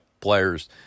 players